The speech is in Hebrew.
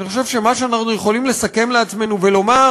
אני חושב שמה שאנחנו יכולים לסכם לעצמנו ולומר